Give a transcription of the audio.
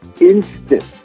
instant